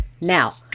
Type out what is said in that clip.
Now